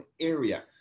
area